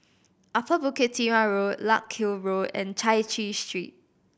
Upper Bukit Timah Road Larkhill Road and Chai Chee Street